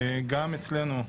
גם אצלנו,